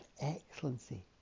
Excellency